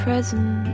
Present